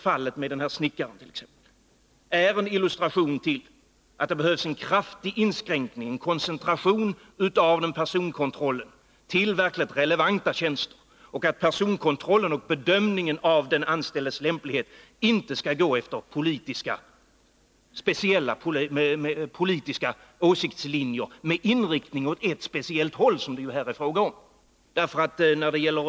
fallet med snickaren är en illustration till att det behövs en kraftig inskränkning, en koncentration av personkontrollen till verkligt relevanta tjänster, och att personkontrollen och bedömningen av den anställdes lämplighet inte skall gå efter politiska åsiktslinjer med inriktning åt ett speciellt håll, som det ju här är fråga om?